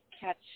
catch